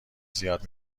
زیاد